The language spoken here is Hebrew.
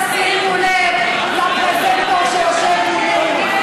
אל תשימו לב לפרזנטור שיושב מולי.